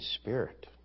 spirit